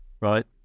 right